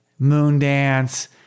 Moondance